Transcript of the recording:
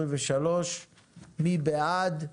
23. מי בעד?